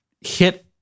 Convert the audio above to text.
hit